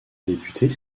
députés